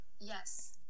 Yes